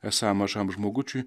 esą mažam žmogučiui